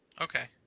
Okay